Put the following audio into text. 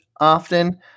Often